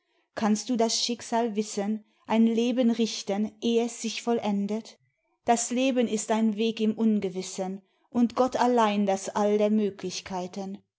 kannst du das schicksal wissen ein leben richten eh es sich vollendet das leben ist ein weg im ungewissen und gott allein das all der möglichkeiten